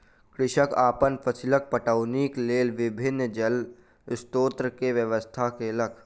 कृषक अपन फसीलक पटौनीक लेल विभिन्न जल स्रोत के व्यवस्था केलक